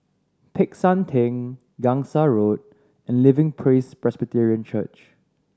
Peck San Theng Gangsa Road and Living Praise Presbyterian Church